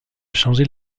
changer